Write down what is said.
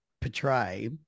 portray